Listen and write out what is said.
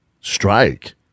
strike